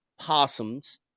possums